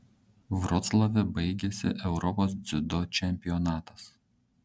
vroclave baigėsi europos dziudo čempionatas